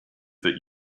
that